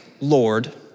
Lord